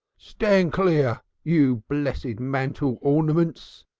stand clear, you blessed mantel ornaments!